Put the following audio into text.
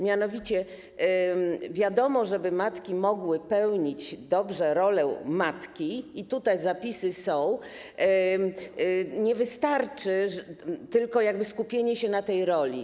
Mianowicie, wiadomo, że aby matki mogły pełnić dobrze rolę matki - tego dotyczące zapisy są - nie wystarczy tylko jakby skupienie się na tej roli.